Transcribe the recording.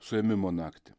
suėmimo naktį